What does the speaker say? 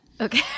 okay